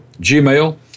Gmail